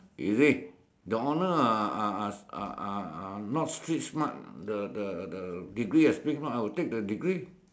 is it the honor are are are are are are not straight smart the the the degree are straight smart I would take the degree